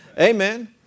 Amen